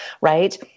right